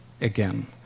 again